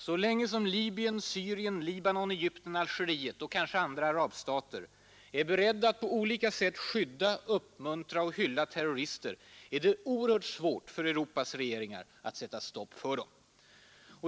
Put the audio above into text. Så länge som Libyen, Syrien, Libanon, Egypten, Algeriet och kanske andra arabstater är beredda att på olika sätt skydda, uppmuntra och hylla terrorister är det oerhört svårt för Europas regeringar att sätta stopp för dem.